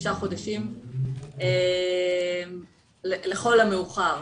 תשעה חודשים לכל המאוחר,